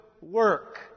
work